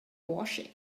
washing